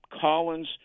Collins